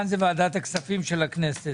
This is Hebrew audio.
הייתי